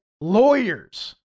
lawyers